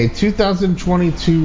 2022